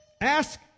Ask